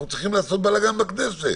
אנחנו צריכים לעשות בלגן בכנסת.